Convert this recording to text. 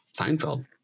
Seinfeld